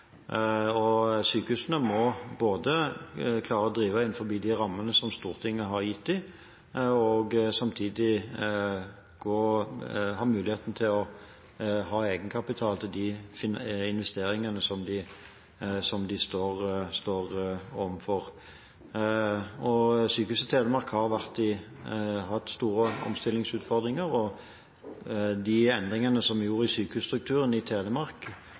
Sykehusene må både klare å drive innenfor de rammene som Stortinget har gitt dem, og samtidig ha mulighet til å ha egenkapital til de investeringene som de står overfor. Sykehuset Telemark har hatt store omstillingsutfordringer. De endringene vi gjorde i sykehusstrukturen i Telemark,